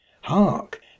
Hark